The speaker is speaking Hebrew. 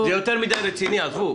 זה יותר מדי רציני, עזבו.